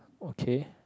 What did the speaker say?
okay